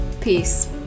Peace